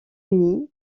uni